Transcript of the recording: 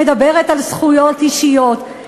שמדברת על זכויות אישיות?